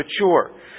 mature